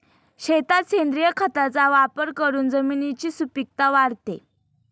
शेतात सेंद्रिय खताचा वापर करून जमिनीची सुपीकता वाढते